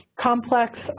complex